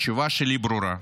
התשובה שלי ברורה.